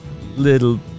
little